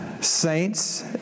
saints